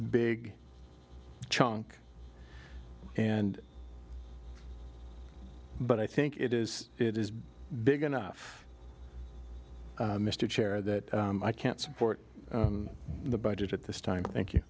big chunk and but i think it is it is big enough mr chair that i can't support the budget at this time thank you